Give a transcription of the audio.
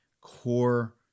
core